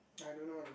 I don't know eh